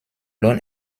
loan